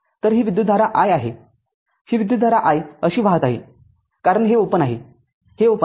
तरही विद्युतधारा i आहे ही विद्युतधारा i अशी वाहत आहे कारण हे ओपन आहे हे ओपन आहे